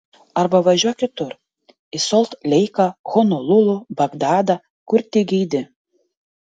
arba važiuok kitur į solt leiką honolulu bagdadą kur tik geidi